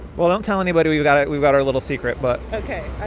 well, don't tell anybody we've got we've got our little secret, but. ok.